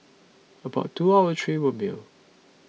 about two out of three were male